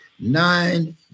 nine